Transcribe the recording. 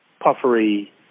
puffery